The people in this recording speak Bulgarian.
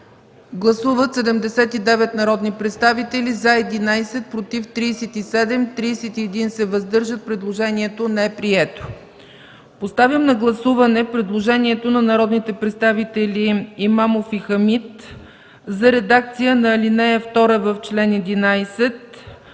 Гласуват 79 народни представители: за 11, против 37, въздържали се 31. Предложението не е прието. Подлагам на гласуване предложението на народните представители Имамов и Хамид за редакция на ал. 2, в чл. 11.